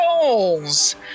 goals